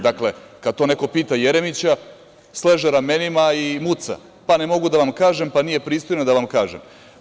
Dakle, kad to neko pita Jeremića sleže ramenima i muca, pa, ne mogu da vam kažem, pa nije pristojno da vam kažem.